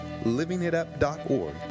LivingItUp.org